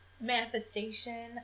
manifestation